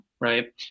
right